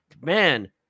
man